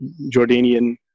Jordanian